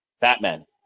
Batman